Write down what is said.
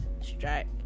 strike